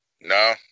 No